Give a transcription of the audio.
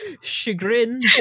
chagrin